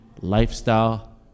lifestyle